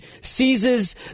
seizes